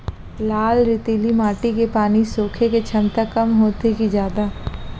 लाल रेतीली माटी के पानी सोखे के क्षमता कम होथे की जादा?